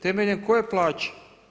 Temeljem koje plaće?